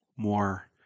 more